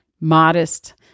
modest